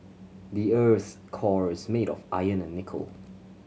the earth's core is made of iron and nickel